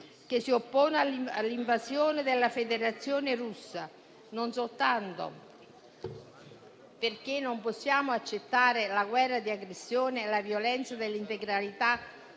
che si oppone all'invasione della Federazione russa, non soltanto perché non possiamo accettare la guerra di aggressione e la violazione dell'integrità